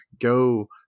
go